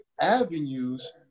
Avenues